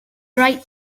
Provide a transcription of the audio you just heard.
right